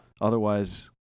Otherwise